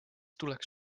tuleks